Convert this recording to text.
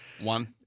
One